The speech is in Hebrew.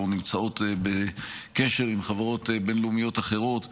נמצאות בקשר עם חברות בין-לאומיות אחרות,